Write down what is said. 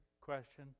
question